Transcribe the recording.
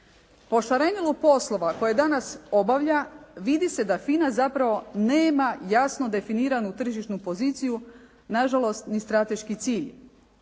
Po šarenilu poslova koje danas obavlja vidi se da FINA zapravo nema jasno definiranu tržišnu poziciju, nažalost ni strateški cilj.